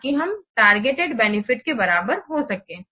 ताकि हम targeted benefits के करीब हो सकें